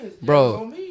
Bro